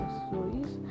stories